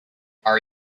are